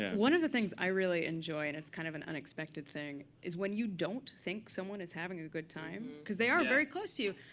one of the things i really enjoy, and it's kind of an unexpected thing, is when you don't think someone is having a good time. because they are very close to you.